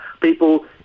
people